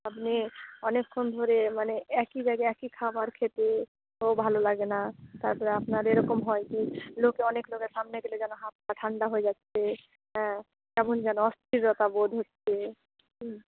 আপনি অনেকক্ষণ ধরে মানে একই জায়গা একই খাবার খেতে ভালো লাগে না তার পরে আপনার এরকম হয় কী লোকে অনেক লোকের সামনে গেলে যেন হাত পা ঠান্ডা হয়ে যাচ্ছে হ্যাঁ কেমন যেন অস্থিরতা বোধ হচ্ছে হুম